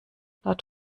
laut